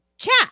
chat